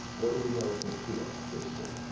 what do we know for sure is true?